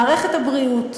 מערכת הבריאות,